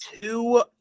two